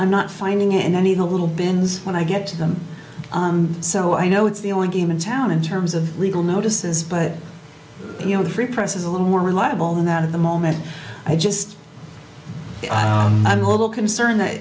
i'm not finding and i need a little benz when i get to them so i know it's the only game in town in terms of legal notices but you know the free press is a little more reliable than that at the moment i just i'm a little concerned that